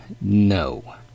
no